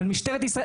משטרת ישראל,